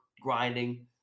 grinding